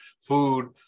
food